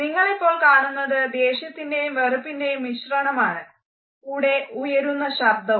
നിങ്ങളിപ്പോൾ കാണുന്നത് ദേഷ്യത്തിൻറെയും വെറുപ്പിൻറെയും മിശ്രണമാണ് കൂടെ ഉയരുന്ന ശബ്ദവും